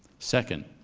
second,